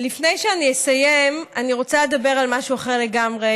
לפני שאסיים אני רוצה לדבר על משהו אחר לגמרי,